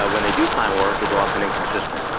ah when they do find work, it's often inconsistent,